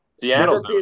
Seattle